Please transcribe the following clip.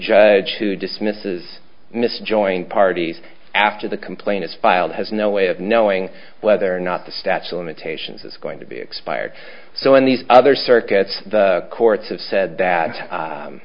judge who dismisses miss joined parties after the complaint is filed has no way of knowing whether or not the statue imitation is going to be expired so in these other circuits the courts have said